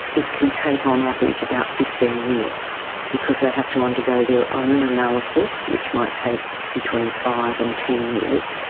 it can take on average about fifteen years because they have to undergo their own analysis, which might take between five and ten years,